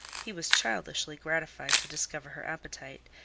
he was childishly gratified to discover her appetite,